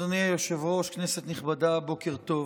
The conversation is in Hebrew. אדוני היושב-ראש, כנסת נכבדה, בוקר טוב.